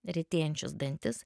retėjančius dantis